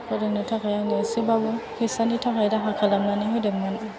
फोरोंनो थाखाय आंनो एसेबाबो फैसानि थाखाय राहा खालामनानै होदोंमोन